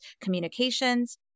communications